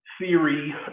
theory